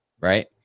right